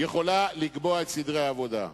היא יכולה לקבוע את סדרי העבודה.